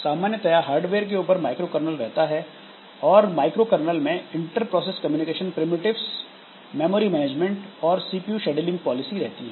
सामान्यतया हार्डवेयर के ऊपर माइक्रो कर्नल रहता है और माइक्रो कर्नल में inter process communication primitives memory management और सीपीयू शेड्यूलिंग पॉलिसी रहती है